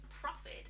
profit